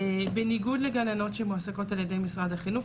בניגוד לגננות שמועסקות על ידי משרד החינוך,